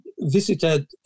visited